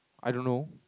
I don't know